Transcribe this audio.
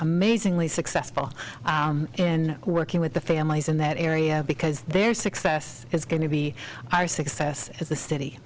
amazingly successful in working with the families in that area because their success is going to be our success as the city